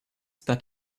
that